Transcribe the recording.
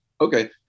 Okay